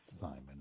Simon